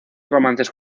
romances